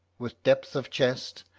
with depth of chest,